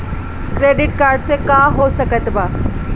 Credit card से का हो सकइत बा?